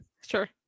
Sure